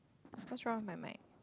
what's wrong with my mic